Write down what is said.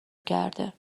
کرده